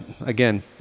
again